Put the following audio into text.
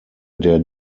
der